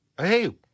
Hey